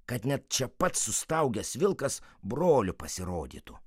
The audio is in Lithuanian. kad net čia pat sustaugęs vilkas brolio pasirodytų